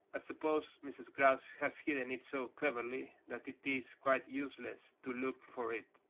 suppose mrs. grouse has hidden it so cleverly that it is quite useless to look for it.